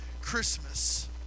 Christmas